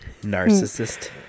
Narcissist